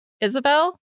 Isabel